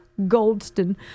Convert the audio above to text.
Goldston